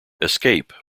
escape